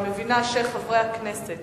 אני מבינה שחברי הכנסת